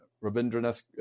Rabindranath